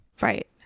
Right